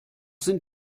sind